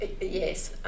Yes